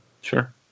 Sure